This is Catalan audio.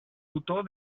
tutor